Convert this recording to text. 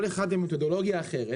כל אחד עם מתודולוגיה אחרת,